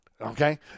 okay